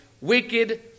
wicked